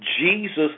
Jesus